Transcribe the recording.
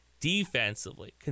defensively